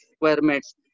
requirements